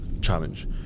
challenge